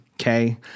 Okay